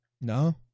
No